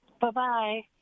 Bye-bye